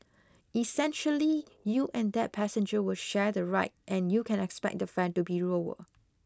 essentially you and that passenger will share the ride and you can expect the fare to be lower